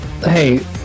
Hey